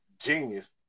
genius